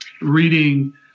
reading—